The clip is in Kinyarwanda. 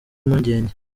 impungenge